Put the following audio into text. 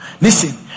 listen